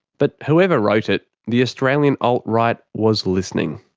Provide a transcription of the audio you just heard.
but whoever wrote it, the australian alt-right was listening.